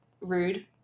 rude